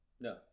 No